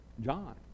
John